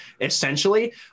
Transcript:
essentially